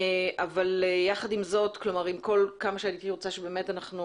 אבל יחד עם זאת עם כל כמה שהייתי רוצה שבאמת אנחנו